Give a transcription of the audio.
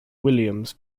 williams